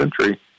century